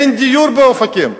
אין דיור באופקים.